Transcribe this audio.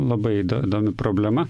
labai įdo įdomi problema